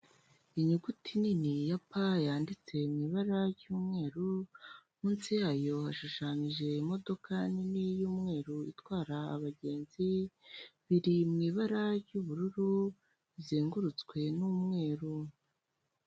inyuguti nini ya P yanditse mu ibara ry'umweru munsi yayo hashushanyije imodoka nini y'umweru itwara abagenzi biri mw'ibara ry'ubururu rizengurutswe n'umweru